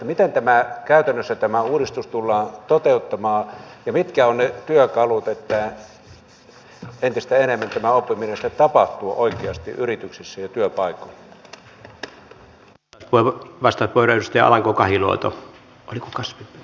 miten käytännössä tämä uudistus tullaan toteuttamaan ja mitkä ovat ne työkalut että entistä enemmän tämä oppiminen sitten tapahtuu oikeasti yrityksissä ja työpaikoilla